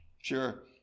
Sure